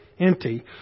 empty